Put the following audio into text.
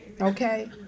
okay